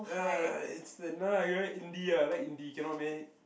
it's the Indie ah I like Indie cannot meh